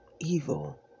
evil